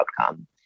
outcome